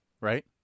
right